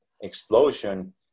explosion